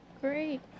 great